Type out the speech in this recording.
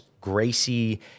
Gracie